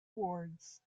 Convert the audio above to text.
wards